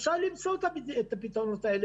אפשר למצוא את הפתרונות האלה,